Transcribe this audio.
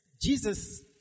Jesus